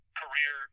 career